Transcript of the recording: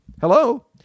hello